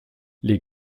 les